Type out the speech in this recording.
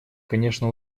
конечно